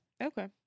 Okay